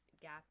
gap